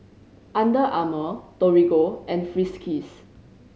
Under Armour Torigo and Friskies